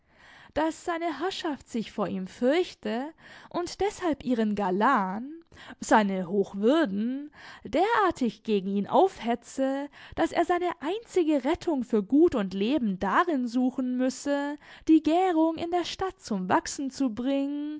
daß seine herrschaft sich vor ihm fürchte und deshalb ihren galan seine hochwürden derartig gegen ihn aufhetze daß er seine einzige rettung für gut und leben darin suchen müsse die gärung in der stadt zum wachsen zu bringen